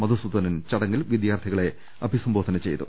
മധുസൂദനൻ ചടങ്ങിൽ വിദ്യാർത്ഥികളെ അഭിസംബോധന ചെയ്തു